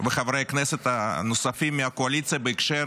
נוספים וחברי כנסת נוספים מהקואליציה, בהקשר